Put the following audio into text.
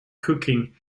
cooking